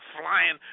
flying